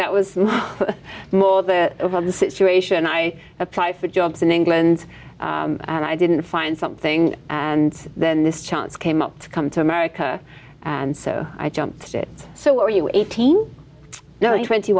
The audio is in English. that was more that over the situation i apply for jobs in england and i didn't find something and then this chance came up to come to america and so i jumped at it so are you eighteen or twenty